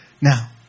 Now